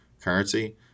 currency